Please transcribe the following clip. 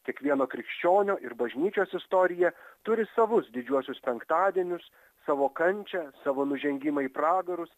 kiekvieno krikščionio ir bažnyčios istorija turi savus didžiuosius penktadienius savo kančią savo nužengimą į pragarus